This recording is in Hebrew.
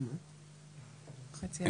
מי בעד ההצעה?